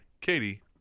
Katie